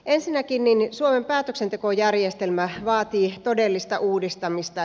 ensinnäkin suomen päätöksentekojärjestelmä vaatii todellista uudistamista